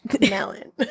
Melon